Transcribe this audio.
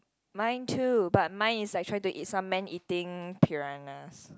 mine too but mine is like trying to eat some man eating piranhas